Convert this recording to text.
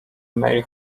male